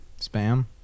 Spam